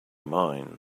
mine